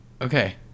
Okay